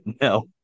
no